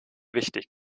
wichtig